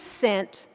sent